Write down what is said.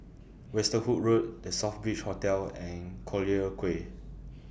Westerhout Road The Southbridge Hotel and Collyer Quay